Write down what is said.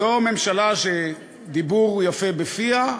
זו ממשלה שדיבור יפה בפיה,